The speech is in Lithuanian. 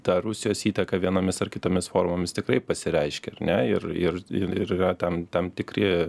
ta rusijos įtaka vienomis ar kitomis formomis tiktai pasireiškia ar ne ir ir ir yra tam tam tikri